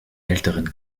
älteren